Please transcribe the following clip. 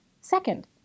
Second